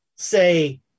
say